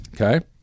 okay